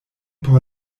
por